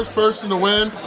person to win,